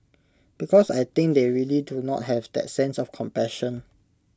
because I think they really do not have that sense of compassion